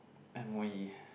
and we